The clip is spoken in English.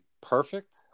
perfect